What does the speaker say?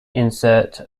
insert